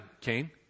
Cain